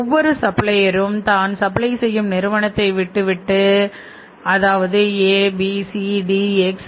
ஒவ்வொரு சப்ளைய ம் தான் சப்ளை செய்யும் நிறுவனத்தை விட்டு விட்டு அது XYZ